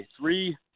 three